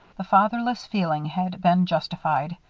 the fatherless feeling had been justified.